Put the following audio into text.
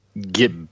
get